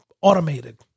automated